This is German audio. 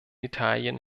italien